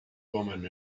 woman